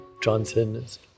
transcendence